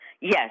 Yes